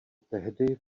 tehdy